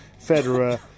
Federer